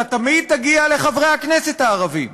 אתה תמיד תגיע לחברי הכנסת הערבים.